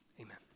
Amen